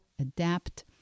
adapt